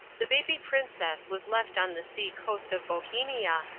the baby princess was left on the sea-coast of bohemia,